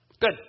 Good